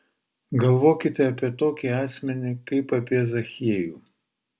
galvokite apie tokį asmenį kaip apie zachiejų